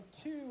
two